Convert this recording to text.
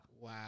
Wow